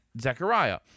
Zechariah